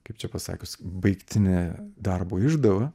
kaip čia pasakius baigtinė darbo išdava